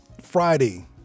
Friday